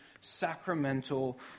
sacramental